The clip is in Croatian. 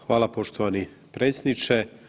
Hvala poštovani predsjedniče.